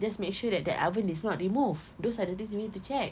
just make sure that the oven is not removed those are the things we need to check